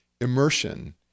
immersion